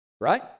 right